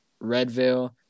Redville